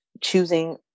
choosing